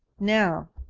now,